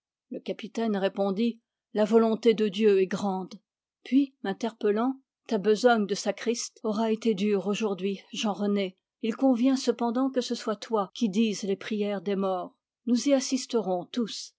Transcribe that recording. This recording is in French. le capitaine répondit la volonté de dieu est grande puis m'interpellant ta besogne de sacriste aura été dure aujourd'hui jean rené il convient cependant que ce soit toi qui dises les prières des morts nous y assisterons tous